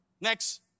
Next